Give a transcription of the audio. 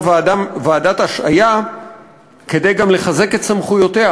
ועדת השעיה כדי גם לחזק את סמכויותיה,